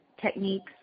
techniques